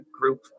group